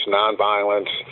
nonviolence